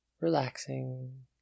Relaxing